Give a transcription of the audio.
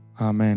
Amen